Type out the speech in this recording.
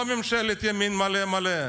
לא ממשלת ימין מלא מלא.